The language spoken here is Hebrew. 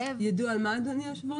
יידוע על מה, אדוני היושב ראש?